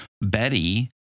Betty